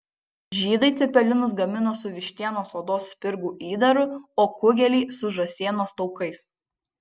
žydai cepelinus gamino su vištienos odos spirgų įdaru o kugelį su žąsienos taukais